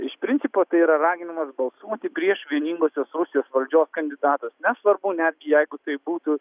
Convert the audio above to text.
iš principo tai yra raginimas balsuoti prieš vieningosios rusijos valdžios kandidatus nesvarbu netgi jeigu tai būtų